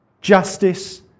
justice